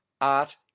art